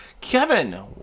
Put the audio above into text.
kevin